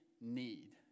need